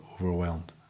overwhelmed